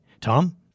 Tom